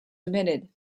omitted